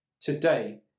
today